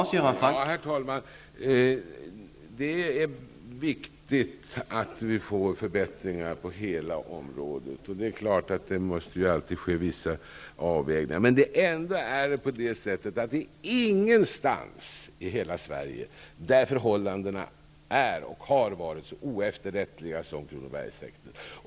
Herr talman! Det är viktigt att vi får förbättringar på hela området. Vissa avvägningar måste ske. Men ingenstans i hela Sverige är förhållandena så oefterrättliga som på Kronobergshäktet.